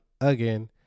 again